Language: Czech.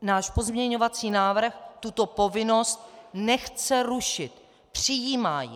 Náš pozměňovací návrh tuto povinnost nechce rušit, přijímá ji.